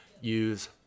use